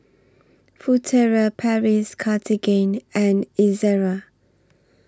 Furtere Paris Cartigain and Ezerra